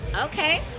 Okay